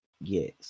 Yes